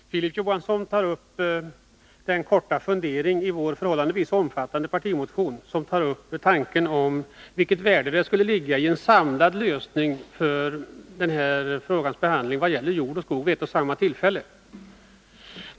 Herr talman! Filip Johansson tar upp det korta stycke i vår förhållandevis omfattande partimotion som rör tanken om vilket värde det skulle ligga i en samlande lösning för denna frågas behandling vad gäller jord och skog vid ett och samma tillfälle.